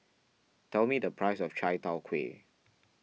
tell me the price of Chai Tow Kway